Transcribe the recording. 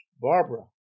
Barbara